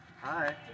Hi